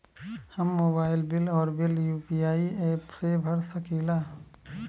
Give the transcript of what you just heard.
हम mobile bill और bill UPI app से भर सकिला